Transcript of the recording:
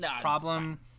problem